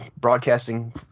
broadcasting